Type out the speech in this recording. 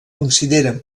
consideren